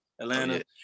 Atlanta